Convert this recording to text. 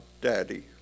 Daddy